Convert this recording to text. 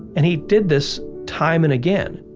and he did this time and again